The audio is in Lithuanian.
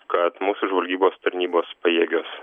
kad mūsų žvalgybos tarnybos pajėgios